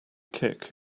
kick